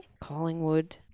Collingwood